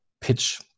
pitch